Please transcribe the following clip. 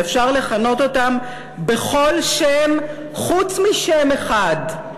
שאפשר לכנות אותם בכל שם חוץ משם אחד,